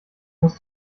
muss